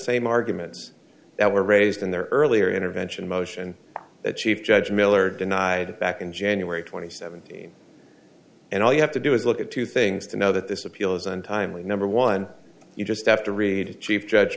same arguments that were raised in their earlier intervention motion that chief judge miller denied back in january twenty seventh and all you have to do is look at two things to know that this appeal is untimely number one you just have to read chief judge